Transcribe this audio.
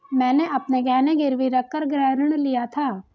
मैंने अपने गहने गिरवी रखकर गृह ऋण लिया था